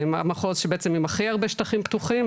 מחוז שבעצם עם הכי הרבה שטחים פתוחים,